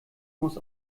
muss